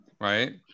right